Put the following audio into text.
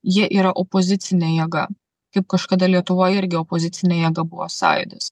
jie yra opozicinė jėga kaip kažkada lietuvoj irgi opozicinė jėga buvo sąjūdis